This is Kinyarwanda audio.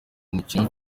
umukinnyi